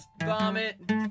vomit